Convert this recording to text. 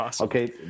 okay